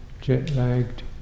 jet-lagged